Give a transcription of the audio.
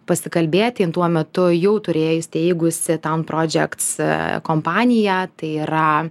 pasikalbėti jin tuo metu jau turėjo įsteigusi tam prodžekts kompaniją tai yra